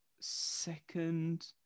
second